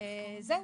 זהו,